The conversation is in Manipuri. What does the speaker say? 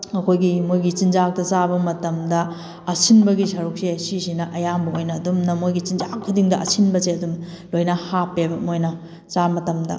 ꯑꯩꯈꯣꯏꯒꯤ ꯃꯣꯏꯒꯤ ꯆꯤꯟꯖꯥꯛꯇ ꯆꯥꯕ ꯃꯇꯝꯗ ꯑꯁꯤꯟꯕꯒꯤ ꯁꯔꯨꯛꯁꯦ ꯁꯤꯁꯤꯅ ꯑꯌꯥꯝꯕ ꯑꯣꯏꯅ ꯑꯗꯨꯝꯅ ꯃꯣꯏꯒꯤ ꯆꯤꯟꯖꯥꯛ ꯈꯨꯗꯤꯡꯗ ꯑꯁꯤꯟꯕꯁꯦ ꯑꯗꯨꯝ ꯂꯣꯏꯅ ꯍꯥꯞꯄꯦꯕ ꯃꯣꯏꯅ ꯆꯥ ꯃꯇꯝꯗ